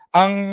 ang